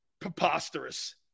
Preposterous